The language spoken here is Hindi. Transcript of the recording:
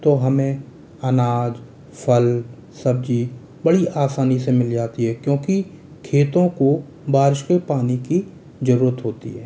तो हमें अनाज फ़ल सब्ज़ी बड़ी आसानी से मिल जाती है क्योंकि खेतों को बारिश के पानी की ज़रूरत होती है